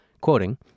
Quoting